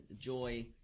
joy